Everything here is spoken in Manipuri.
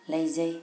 ꯂꯩꯖꯩ